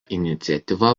iniciatyva